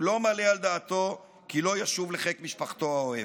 הוא לא מעלה על דעתו כי לא ישוב לחיק משפחתו האוהבת.